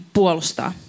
puolustaa